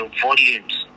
volumes